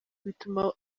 bituma